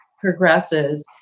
progresses